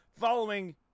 following